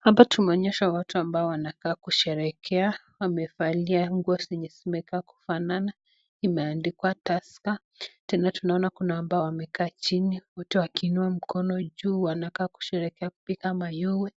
Hapa tumeonyeshwa watu ambao wanakaa kusherehekea wamevalia nguo zenye zimekaa kufanana imeandikwa Tusker ,tena tunaona kuna ambao wamekaa chini wote wakiinua mkono juu wanakaa kusherehekea kupiga mayowe